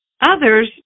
Others